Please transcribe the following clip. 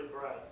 bread